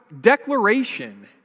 declaration